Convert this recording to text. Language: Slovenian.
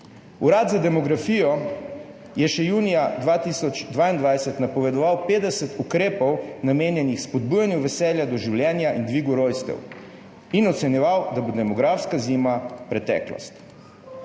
Urad za demografijo je še junija 2022 napovedoval 50 ukrepov, namenjenih spodbujanju veselja do življenja in dviga rojstev, in ocenjeval, da bo demografska zima preteklost.